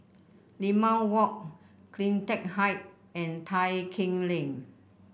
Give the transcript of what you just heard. Limau Walk CleanTech Height and Tai Keng Lane